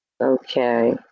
Okay